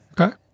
Okay